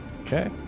Okay